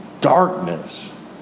Darkness